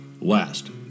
Last